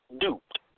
duped